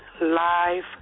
live